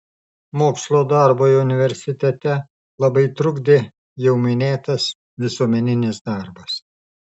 mokslo darbui universitete labai trukdė jau minėtas visuomeninis darbas